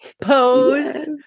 Pose